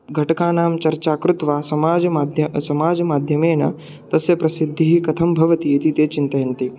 घटकानां चर्चा कृत्वा समाजमाद्य समाजमाध्यमेन तस्य प्रसिद्धिः कथं भवति इति ते चिन्तयन्ति